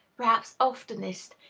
perhaps oftenest,